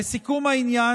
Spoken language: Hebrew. לסיכום העניין,